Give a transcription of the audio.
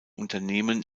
unternehmen